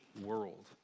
world